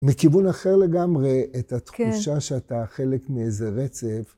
מכיוון אחר לגמרי, את התחושה שאתה חלק מאיזה רצף.